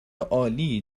عالی